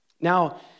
Now